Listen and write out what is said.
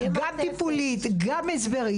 ילוו, גם טיפולית, גם הסברית.